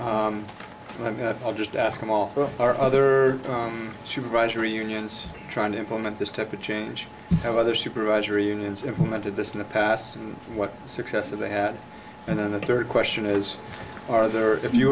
i'll just ask him all our other supervisory unions trying to implement this type of change how other supervisory unions implemented this in the past what successive they had and then the third question is are there if you